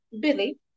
Billy